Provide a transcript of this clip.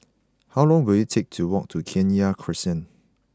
how long will it take to walk to Kenya Crescent